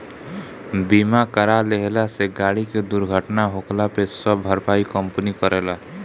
बीमा करा लेहला से गाड़ी के दुर्घटना होखला पे सब भरपाई कंपनी करेला